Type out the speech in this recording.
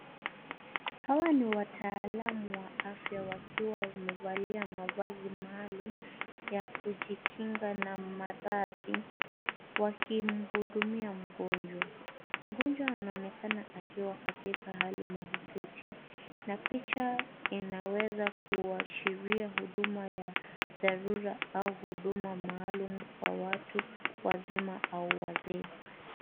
Hawa ni wataalam wa afya wakiwa wamevalia mavazi maalum ya kujikinga na maradhi wakimhudumia mgonjwa. Mgonjwa anaonekana akiwa katika hali mahututi na picha inaweza kuashiria huduma ya dharura au huduma maalum kwa watu wazima au wazee.